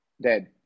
dead